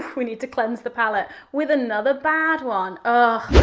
we need to cleanse the palate with another bad one. oh,